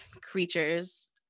creatures